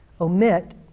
omit